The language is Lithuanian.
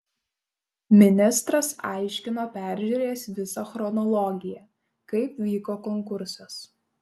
ministras aiškino peržiūrėjęs visą chronologiją kaip vyko konkursas